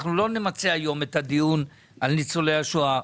אנחנו לא נמצה היום את הדיון על ניצולי השואה.